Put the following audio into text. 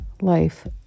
life